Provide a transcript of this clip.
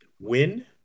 win